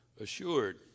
assured